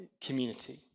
community